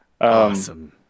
Awesome